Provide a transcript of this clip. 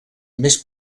més